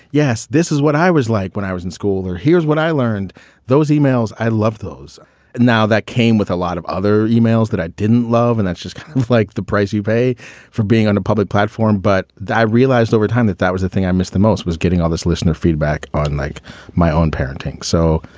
yes, this is what i was like when i was in school or here's what i learned those emails. i love those now that came with a lot of other emails that i didn't love. and that's just kind of like the price you pay for being on a public platform. but i realized over time that that was the thing i missed the most, was getting all this listener feedback on like my own parenting so,